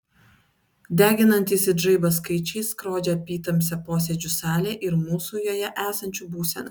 deginantys it žaibas skaičiai skrodžia apytamsę posėdžių salę ir mūsų joje esančių būseną